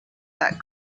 that